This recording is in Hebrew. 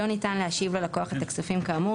לא ניתן להשיב ללקוח את הכספים כאמור,